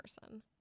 person